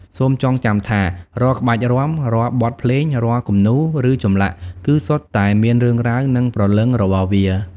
សូមចងចាំថា រាល់ក្បាច់រាំ រាល់បទភ្លេង រាល់គំនូរ ឬចម្លាក់ គឺសុទ្ធតែមានរឿងរ៉ាវ និងព្រលឹងរបស់វា។